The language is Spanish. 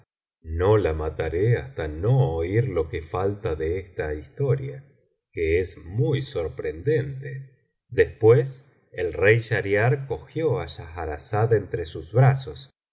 la mataré hasta no oírlo que falta de esta historia que es muy sorprendente después el rey schahriar cogió á schahrazada entre sus brazos